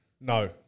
No